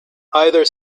either